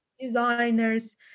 designers